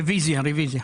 רביזיה.